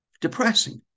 depressing